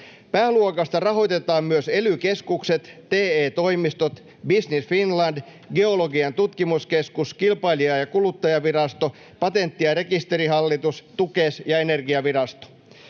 Pääluokasta rahoitetaan myös ely-keskukset, TE-toimistot, Business Finland, Geologian tutkimuskeskus, Kilpailu- ja kuluttajavirasto, Patentti- ja rekisterihallitus, Tukes ja Energiavirasto.